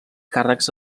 càrrecs